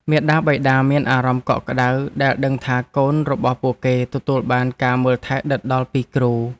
មាតាបិតាមានអារម្មណ៍កក់ក្តៅដែលដឹងថាកូនរបស់ពួកគេទទួលបានការមើលថែដិតដល់ពីគ្រូ។